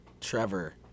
Trevor